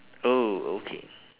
oh okay